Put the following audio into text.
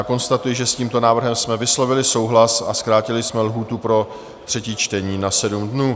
Já konstatuji, že s tímto návrhem jsme vyslovili souhlas a zkrátili jsme lhůtu pro třetí čtení na 7 dnů.